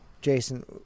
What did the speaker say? Jason